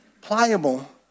pliable